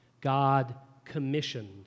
God-commissioned